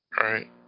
right